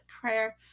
prayer